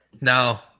No